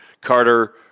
Carter